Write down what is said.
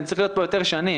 אני צריך להיות פה יותר שנים